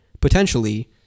potentially